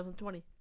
2020